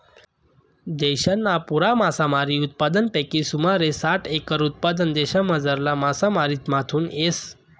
देशना पुरा मासामारी उत्पादनपैकी सुमारे साठ एकर उत्पादन देशमझारला मासामारीमाथून येस